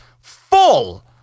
full